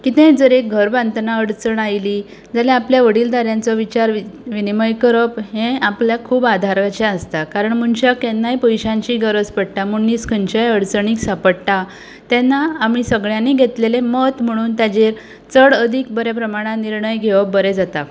कितेंय जर एक घर बांदतना अडचण आयली जाल्यार आपल्या वडील धाऱ्यांचो विचार विनीमय करप हें आपल्याक खूब आदाराचें आसता कारण मनशाक केन्नाय पयशांची गरज पडटा मनीस खंयचेय अडचणीक सांपडटा तेन्ना आमी सगळ्यांनी घेतलेलें मत म्हणून ताचेर चड अदीक बऱ्या प्रमाणांत निर्णय घेवप बरें जाता